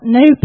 no